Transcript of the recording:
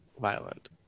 violent